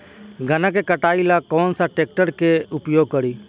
गन्ना के कटाई ला कौन सा ट्रैकटर के उपयोग करी?